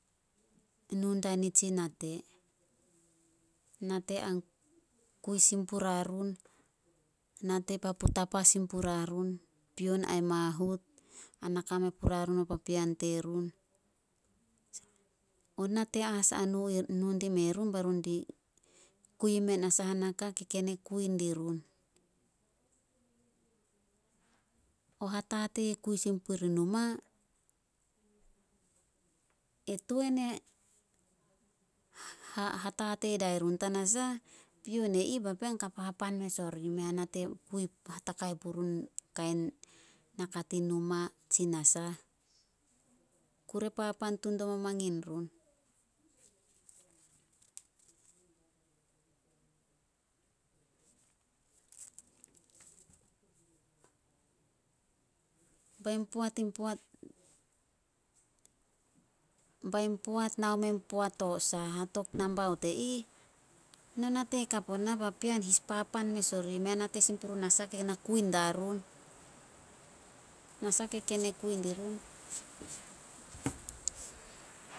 nu dia tsi nate. Nate an kui sin puria run, nate papu tapa sin puria run pion ai mahut, ana kame puria run mo papean terun. O nate as nu- nu dime run be run di kui me saha naka ke ken e kui dirun. O hatatei e kui sin purih numa, e tuan e hatatei dia run, tanasah pion e ih papean ka papan mes orih. Mea nate hatakai purun in numa tsi nasah. Kure papan tun dimo mangin run. Bain poat bain poat nao meh poat to hatok nambaut e ih, no nate hakap onah, papean his papan mes orih mei nate sin purun nasah ke na kui darun. Nasah ke ken ne kui dirun.